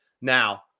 Now